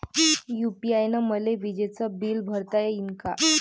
UPI न मले विजेचं बिल भरता यीन का?